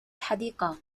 الحديقة